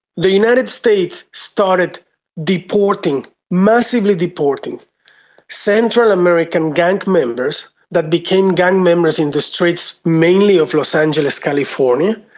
the united states started deporting, massively deporting central american gang members that became gang members in the streets mainly of los angeles, california,